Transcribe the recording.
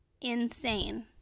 insane